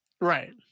Right